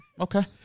okay